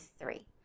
three